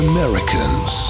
Americans